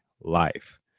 life